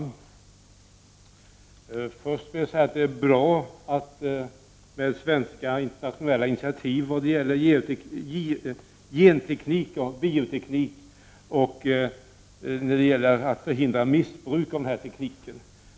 Herr talman! Det är bra med svenska internationella initiativ när det gäller genteknik och bioteknik och att förhindra missbruk av dessa tekniker.